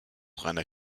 reiner